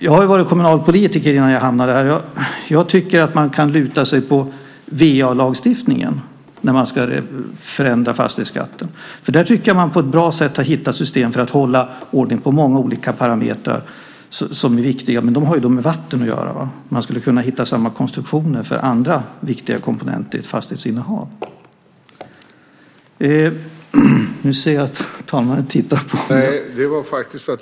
Jag har varit kommunalpolitiker innan jag hamnade här. Jag tycker att man kan luta sig mot VA-lagstiftningen när man ska förändra fastighetsskatten. Där tycker jag att man på ett bra sätt har hittat system för att hålla ordning på många olika parametrar som är viktiga. De har ju med vatten att göra, men man skulle kunna hitta samma konstruktioner för andra viktiga komponenter i ett fastighetsinnehav.